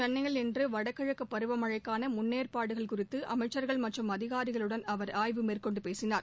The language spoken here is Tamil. சென்னையில் இன்று வடகிழக்குப் பருவமழைக்கான முன்னேற்டாடுகள் குறித்து அமைச்சா்கள் மற்றும் அதிகாரிகளுடன் அவர் ஆய்வு மேற்கொண்டு பேசினார்